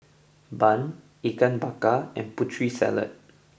Bun Ikan Bakar and Putri Salad